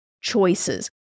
choices